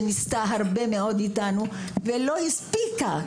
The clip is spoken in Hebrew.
שניסתה לעשות איתנו הרבה מאוד ולא הספיקה.